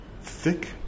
thick